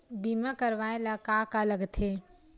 बीमा करवाय ला का का लगथे?